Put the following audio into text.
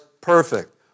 perfect